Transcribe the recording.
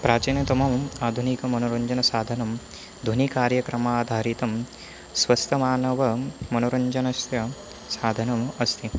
प्राचीनतमम् आधुनिक मनोरञ्जनसाधनं ध्वनिकार्यक्रमाधारितं स्वस्थमानवं मनोरञ्जनस्य साधनम् अस्ति